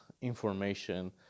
information